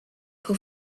who